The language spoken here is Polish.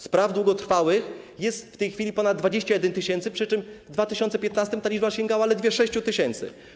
Spraw długotrwałych jest w tej chwili ponad 21 tys., przy czym w 2015 r. ta liczba sięgała ledwie 6 tys.